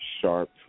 sharp